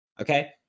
Okay